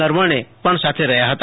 નરવણે પણ સાથે રહ્યા હતા